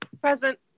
Present